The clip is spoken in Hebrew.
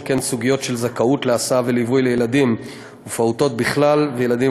שכן סוגיות של זכאות להסעה וליווי לילדים ופעוטות בכלל ולילדים